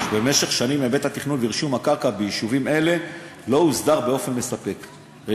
שהיבט התכנון ורישום הקרקע ביישובים אלה לא הוסדר באופן מספק במשך שנים.